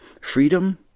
Freedom